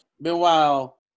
meanwhile